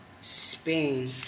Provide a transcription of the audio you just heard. Spain